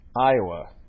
Iowa